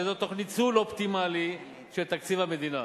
וזאת תוך ניצול אופטימלי של תקציב המדינה,